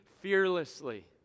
fearlessly